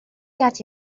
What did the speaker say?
get